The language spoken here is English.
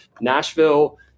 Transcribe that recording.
Nashville